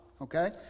okay